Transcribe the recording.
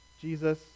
jesus